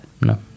No